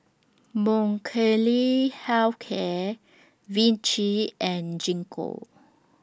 Health Care Vichy and Gingko